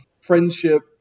friendship